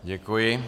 Děkuji.